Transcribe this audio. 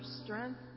strength